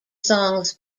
songs